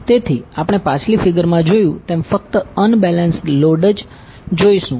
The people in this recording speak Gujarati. તેથી આપણે પાછલી ફિગરમાં જોયું તેમ ફક્ત અનબેલેન્સ્ડ લોડ જ જોઈશું